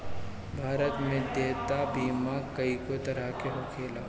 भारत में देयता बीमा कइगो तरह के होखेला